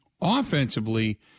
Offensively